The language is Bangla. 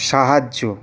সাহায্য